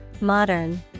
Modern